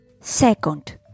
Second